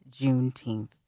Juneteenth